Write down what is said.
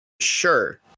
sure